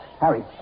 Harry